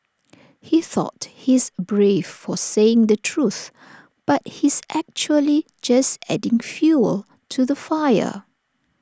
he thought he's brave for saying the truth but he's actually just adding fuel to the fire